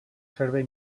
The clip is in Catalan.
servei